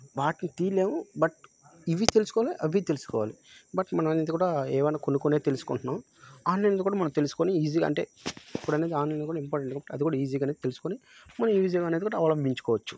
వాటిని తీయలేము బట్ ఇవి తెలుసుకోవాలి అవి తెలుసుకోవాలి బట్ మనం అనేది కూడా ఏవన్నా కొన్ని కొన్ని తెలుసుకుంటున్నాం ఆన్లైన్లో కూడా మనం తెలుసుకొని ఈజీగా అంటే ఇప్పుడు అనేది ఆన్లైన్లో కూడా ఇంపార్టెంట్ అది కూడా ఈజీగా అనేది తెలుసుకొని మనం ఈ విధంగా అనేది కూడా అవలబించుకోవచ్చు